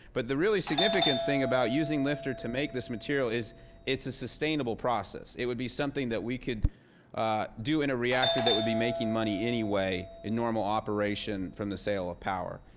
but the really significant thing about using lifter to make this material is it's a sustainable process. it would be something that we could do in a reactor that would be making money any way in normal operation from the sale of power.